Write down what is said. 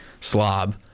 slob